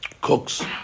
cooks